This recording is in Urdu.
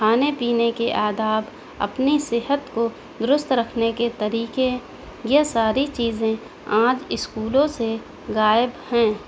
کھانے پینے کے آداب اپنے صحت کو درست رکھنے کے طریقے یہ ساری چیزیں آج اسکولوں سے غائب ہیں